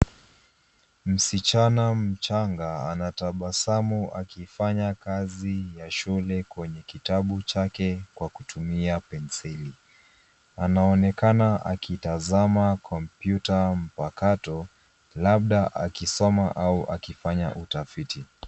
Msichana mchanga anatabasamu akifanya kazi ya shuke kwenye kitabu chake kwa kutumia penseli. Anaonekana akitazama kompyuta mpakato labda akisoma au akifanya utafiti.